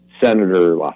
Senator